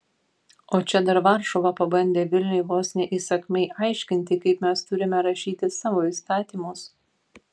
o čia dar varšuva pabandė vilniui vos ne įsakmiai aiškinti kaip mes turime rašyti savo įstatymus